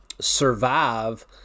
survive